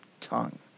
tongue